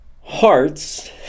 hearts